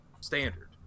standard